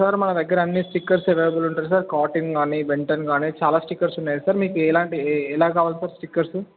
sir మన దగ్గర అన్నీ స్టిక్కర్స్ అవైలబుల్ ఉంటుంది సార్ కార్టూన్ కానీ బెన్ టెన్ కానీ చాలా స్టిక్కర్స్ ఉన్నాయి సార్ మీకు ఎలాంటి ఎ ఎలా కావాలి సార్ స్టిక్కర్స్